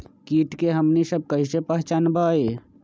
किट के हमनी सब कईसे पहचान बई?